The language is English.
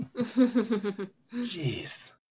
Jeez